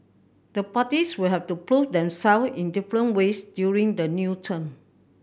the parties will have to prove themself in different ways during the new term